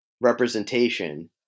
representation